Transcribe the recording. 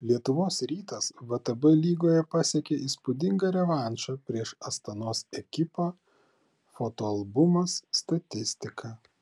lietuvos rytas vtb lygoje pasiekė įspūdingą revanšą prieš astanos ekipą fotoalbumas statistika